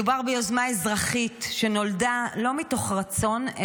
מדובר ביוזמה אזרחית שנולדה לא מתוך רצון,